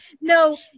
no